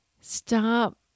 Stop